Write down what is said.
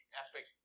epic